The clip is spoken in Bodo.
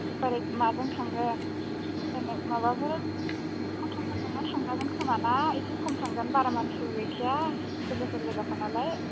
बोरै माजों थांगोन माबाफोर अट'फोरजोंनो थांजागोन खोमा ना एसे खम थांगोन बारा मानसिबो गैखाया लोगोफोर गोजाखा नालाय